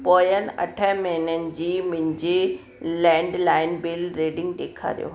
पोयनि अठ महिननि जी मुंहिंजी लैंडलाइन बिल रीडिंग ॾेखारियो